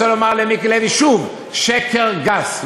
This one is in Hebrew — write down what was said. אני רוצה לומר למיקי לוי שוב: שקר גס.